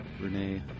Renee